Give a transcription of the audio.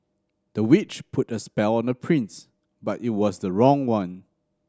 the witch put a spell on the prince but it was the wrong one